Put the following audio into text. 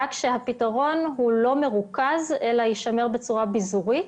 רק שהפתרון לא מרוכז אלא יישמר בצורה ביזורית